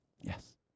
yes